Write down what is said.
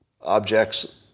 objects